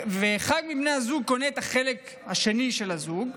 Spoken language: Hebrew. ואחד מבני הזוג קונה את החלק השני של בן הזוג,